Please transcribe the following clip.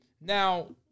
Now